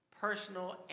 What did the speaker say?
personal